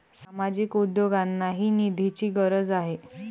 सामाजिक उद्योगांनाही निधीची गरज आहे